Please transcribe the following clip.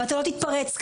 ואתה לא תתפרץ ככה.